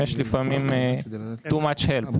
לפעמים יש Too Much Help.